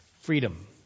Freedom